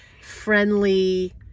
friendly